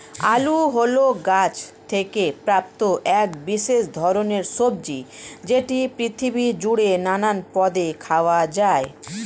আলু হল গাছ থেকে প্রাপ্ত এক বিশেষ ধরণের সবজি যেটি পৃথিবী জুড়ে নানান পদে খাওয়া হয়